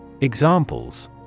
Examples